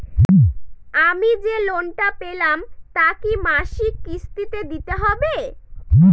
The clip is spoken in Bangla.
আমি যে লোন টা পেলাম তা কি মাসিক কিস্তি তে দিতে হবে?